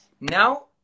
Now